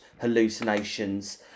hallucinations